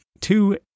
two